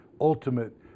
ultimate